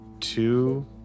two